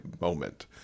moment